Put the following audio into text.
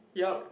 yup